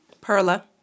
Perla